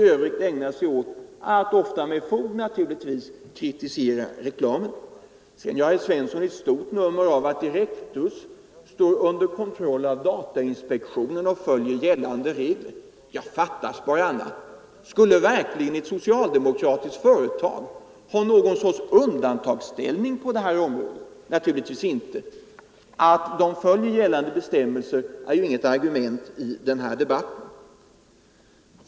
Sedan gör herr Svensson ett stort nummer av att Direktus står under kontroll av datainspektionen och följer gällande regler. Fattas bara annat! Skulle ett socialdemokratiskt företag ha någon sort undantagsställning på det här området? Naturligtvis inte! Att Direktus följer gällande bestämmelser är inget argument i den här debatten.